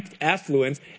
affluence